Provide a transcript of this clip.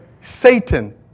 Satan